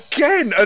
Again